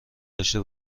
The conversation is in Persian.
داشته